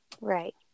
right